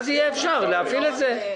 אז יהיה אפשר להפעיל את זה.